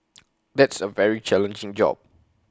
that's A very challenging job